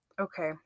Okay